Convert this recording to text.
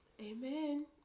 Amen